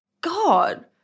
god